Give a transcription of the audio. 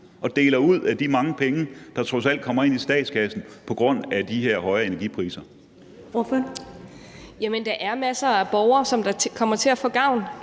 og deler ud af de mange penge, der trods alt kommer ind i statskassen på grund af de her høje energipriser. Kl. 13:52 Første næstformand